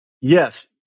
yes